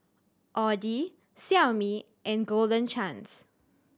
Audi Xiaomi and Golden Chance